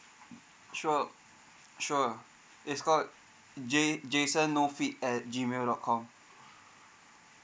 sure sure it's called ja~ jason nofeet at G mail dot com